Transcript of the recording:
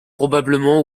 probablement